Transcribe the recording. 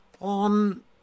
on